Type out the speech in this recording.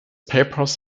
papers